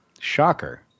shocker